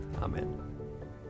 Amen